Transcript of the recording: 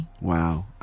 Wow